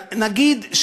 נגיד,